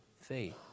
faith